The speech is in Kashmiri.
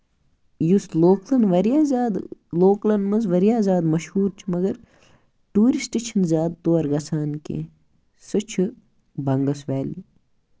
یُس لوکَل لوکلَن منٛز واریاہ زیادٕ مَشہوٗر چھُ مَگر ٹوٗرِسٹ ٹوٗرِسٹ چھِنہٕ زیادٕ تور گژھان کیٚنہہ سُہ چھُ بَنگَس وٮ۪لی